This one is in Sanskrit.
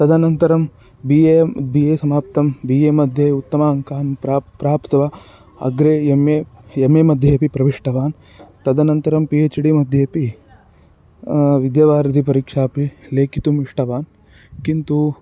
तदनन्तरं बि ए बि ए समाप्तं बि ए मध्ये उत्तम अङ्कान् प्राप्य प्राप्त्वा अग्रे एम् ए एम् ए मध्येऽपि प्रविष्टवान् तदनन्तरं पि हेच् डि मध्येऽपिविद्यावारिधिपरीक्षामपि लेखितुम् इष्टवान् किन्तु